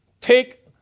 take